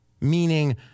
Meaning